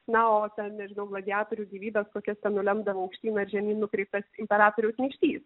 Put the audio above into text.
na o ten nežinau gladiatorių gyvybes kokias ten nulemdavo aukštyn ar žemyn nukryptas imperatoriaus nykštys